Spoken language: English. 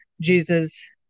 Jesus